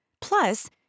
Plus